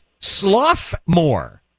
Slothmore